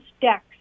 decks